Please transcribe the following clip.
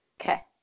Okay